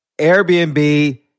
Airbnb